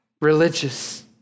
religious